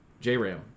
J-Ram